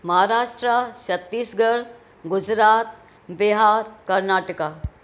Maharashtra Chhattisgarh Gujarat Bihar Karnataka